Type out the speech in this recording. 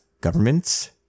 Governments